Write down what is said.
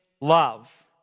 love